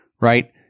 right